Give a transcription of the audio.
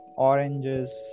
oranges